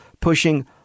pushing